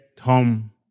home